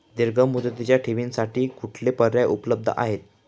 दीर्घ मुदतीच्या ठेवींसाठी कुठले पर्याय उपलब्ध आहेत?